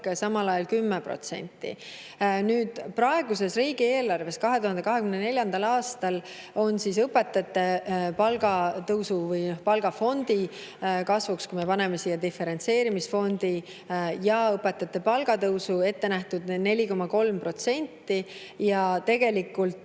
samal ajal 10%. Praeguses riigieelarves on 2024. aastal õpetajate palga tõusuks või palgafondi kasvuks, kui me paneme [kokku] diferentseerimisfondi ja õpetajate palga tõusu, ette nähtud 4,3%, ja tegelikult